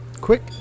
Quick